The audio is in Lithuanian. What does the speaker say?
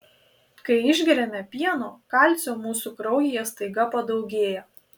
kai išgeriame pieno kalcio mūsų kraujyje staiga padaugėja